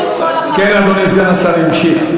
כן, אדוני סגן השר ימשיך.